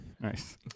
Nice